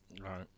Right